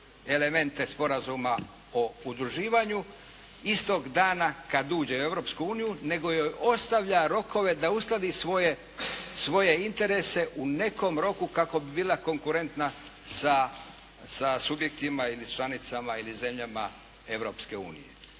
elemente Sporazuma o udruživanju istog dana kada uđe u Europsku uniju nego joj ostavlja rokove da uskladi svoje interese u nekom roku kako bi bila konkurentna sa subjektima ili članicama ili zemljama